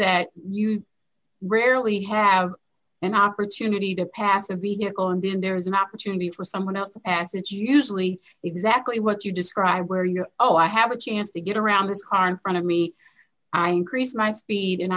that you rarely have an opportunity to pass a vehicle and then there is an opportunity for someone else as it usually exactly what you describe where you oh i have a chance to get around this car in front of me i increase my speed and